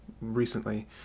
recently